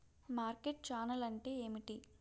Market channel అంటే ఏమిటి?